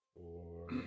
Four